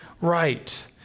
right